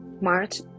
March